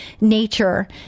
nature